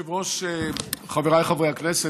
אדוני היושב-ראש, חבריי חברי הכנסת,